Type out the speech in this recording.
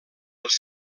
els